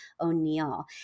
o'neill